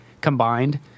combined